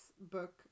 Book